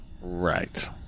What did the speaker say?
Right